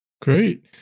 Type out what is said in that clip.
Great